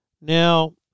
Now